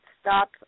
stop